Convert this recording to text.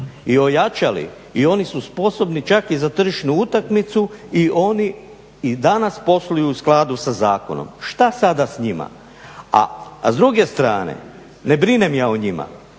i ojačali i oni su sposobni čak i za tržišnu utakmicu i oni i danas posluju u skladu sa zakonom. Šta sada s njima? A s druge strane, ne brinem ja o njima,